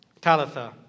Talitha